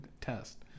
test